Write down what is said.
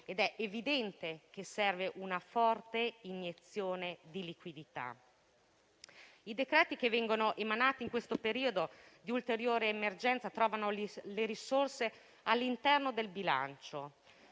ed è evidente che serve una forte iniezione di liquidità. I decreti che vengono emanati in questo periodo di ulteriore emergenza trovano le risorse all'interno del bilancio,